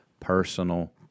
personal